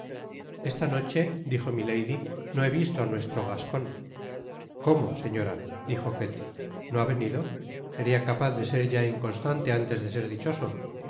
esta noche dijo milady no he visto á nuestro gascon cómo señora dijo ketty no ha venido seria capaz de ser ya inconstante antes de ser dichoso